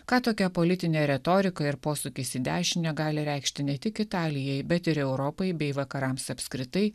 ką tokia politinė retorika ir posūkis į dešinę gali reikšti ne tik italijai bet ir europai bei vakarams apskritai